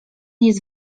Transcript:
jest